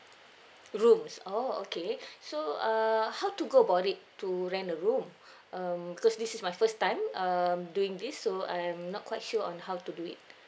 rooms oh okay so err how to go about it to rent a room um because this is my first time um doing this so I am not quite sure on how to do it